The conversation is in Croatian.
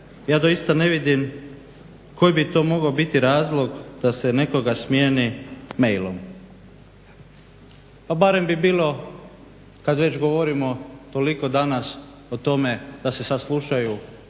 ja doista ne vidim koji bi to mogao biti razlog da se nekoga smijeni mailom. Pa barem bi bilo, kad već govorimo toliko danas o tome da se saslušaju